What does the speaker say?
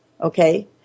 Okay